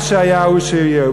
מה שהיה הוא שיהיה,